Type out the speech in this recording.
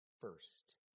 first